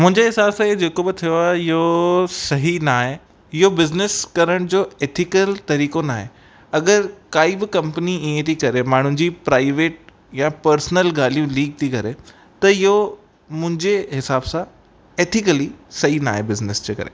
मुंजे हिसाब सां इयो जेको बि थियो आए इयो सही न आए इयो बिज़निस करण जो एथीकल तरीको न आए अगर काई बि कंपनी ईअं ती करे माण्हून जी प्राइवेट या पर्सनल ॻाल्हियूं लीक ती करे त इयो मुंजे हिसाब सां एथीकली सही न आए बिज़निस जे करे